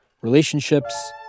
relationships